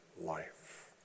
life